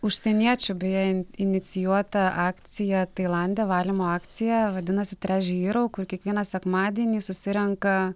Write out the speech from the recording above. užsieniečių beje in inicijuota akcija tailande valymo akcija vadinasi treš hyrou kur kiekvieną sekmadienį susirenka